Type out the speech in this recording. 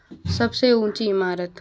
सबसे ऊँची इमारत